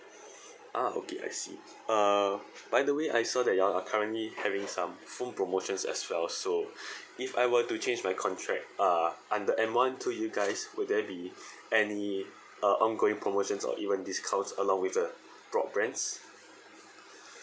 ah okay I see uh by the way I saw that you all are currently having some phone promotions as well so if I were to change my contract uh under M one to you guys would there be any uh ongoing promotions or even discounts along with the broadbands